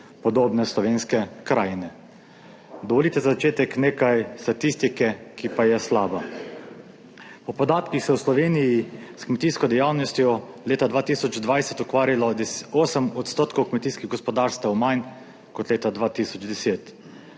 podobne slovenske krajine. Dovolite za začetek nekaj statistike, ki pa je slaba. Po podatkih se je v Sloveniji s kmetijsko dejavnostjo leta 2020 ukvarjalo 8 odstotkov kmetijskih gospodarstev manj kot leta 2010.